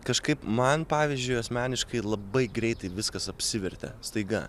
kažkaip man pavyzdžiui asmeniškai labai greitai viskas apsivertė staiga